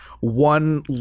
one